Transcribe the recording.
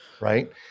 right